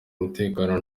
umutekano